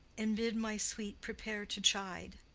and bid my sweet prepare to chide.